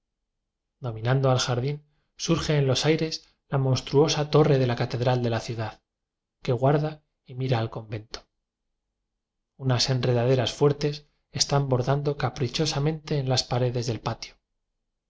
dominando al jardín surge en los aires la monstruosa forre de la cate dral de la ciudad que guarda y mira al con vento unas enredaderas fuertes están bor dando caprichosamente en las paredes del patio